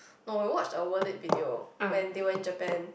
no we watched a worth it video when they went Japan